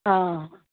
आ